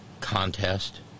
contest